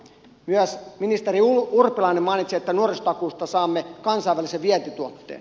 myös ministeri urpilainen mainitsi että nuorisotakuusta saamme kansainvälisen vientituotteen